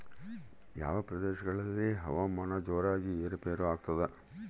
ಯಾವ ಪ್ರದೇಶಗಳಲ್ಲಿ ಹವಾಮಾನ ಜೋರಾಗಿ ಏರು ಪೇರು ಆಗ್ತದೆ?